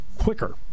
quicker